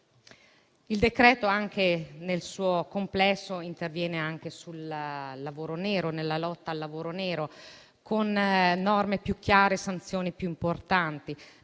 Il decreto-legge nel suo complesso interviene anche nella lotta al lavoro nero, con norme più chiare e sanzioni più importanti;